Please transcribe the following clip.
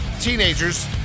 teenagers